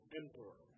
emperor